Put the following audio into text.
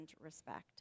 respect